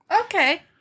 Okay